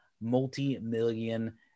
multi-million